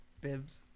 bibs